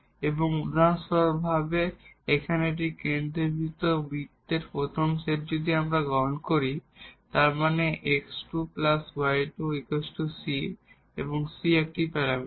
এবং উদাহরণ এখানে এই কেন্দ্রীভূত বৃত্তের প্রথম সেট যদি আমরা গ্রহণ করি তার মানে x2 y2 c এবং c একটি প্যারামিটার